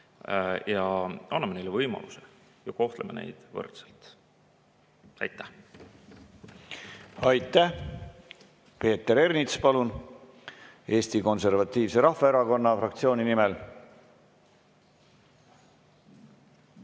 Anname neile võimaluse ja kohtleme neid võrdselt! Aitäh! Aitäh! Peeter Ernits, palun, Eesti Konservatiivse Rahvaerakonna fraktsiooni nimel!